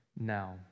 now